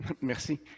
Merci